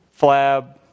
flab